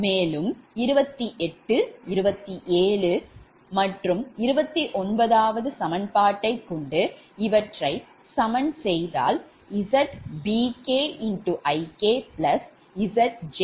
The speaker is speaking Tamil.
மேலும்2827 மற்றும் 29 சமன்பாட்பாட்டைகொண்டும் இவற்றை சமன் செய்தால் ZbkIkZj1I1Zj2I2